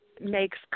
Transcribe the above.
makes